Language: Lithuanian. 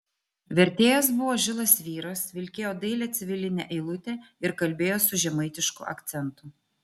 vertėjas buvo žilas vyras vilkėjo dailią civilinę eilutę ir kalbėjo su žemaitišku akcentu